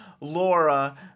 Laura